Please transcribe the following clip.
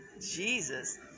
Jesus